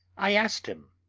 i asked him.